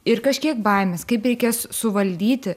ir kažkiek baimės kaip reikės suvaldyti